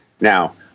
now